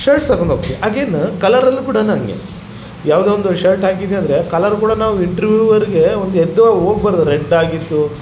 shirts ಹಾಕೊಂಡ್ ಹೋಗ್ತಿವಿ again ಕಲರಲ್ಲಿ ಕೂಡ ಹಂಗೆ ಯಾವುದೋ ಒಂದು ಶರ್ಟ್ ಹಾಕಿದೆ ಅಂದರೆ ಕಲರ್ ಕೂಡ ನಾವು ಇಂಟ್ರೀವಿವರ್ಗೆ ಒಂದು ಎದ್ವಾ ಹೋಗ್ಬಂದು ರೆಡ್ ಆಗಿತ್ತು